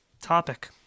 topic